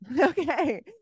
okay